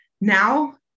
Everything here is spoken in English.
now